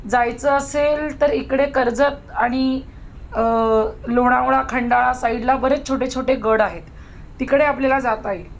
जायचं असेल तर इकडे कर्जत आणि लोणावळा खंडाळा साईडला बरेच छोटे छोटे गड आहेत तिकडे आपल्याला जाता ईल